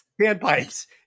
Panpipes